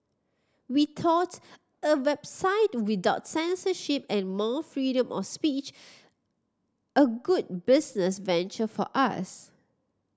we thought a website without censorship and more freedom of speech a good business venture for us